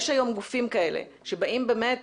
בסדר גמור.